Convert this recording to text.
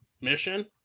mission